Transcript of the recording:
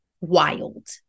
wild